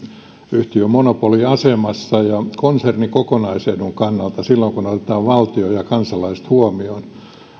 on monopoliasemassa ja konsernin kokonaisedun kannalta silloin kun otetaan valtio ja kansalaiset huomioon